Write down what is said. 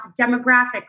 demographic